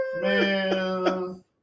man